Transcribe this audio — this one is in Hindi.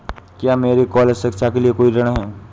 क्या मेरे कॉलेज शिक्षा के लिए कोई ऋण है?